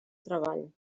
treball